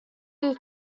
who